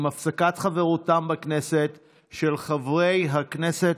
עם הפסקת חברותם בכנסת של חברי כנסת,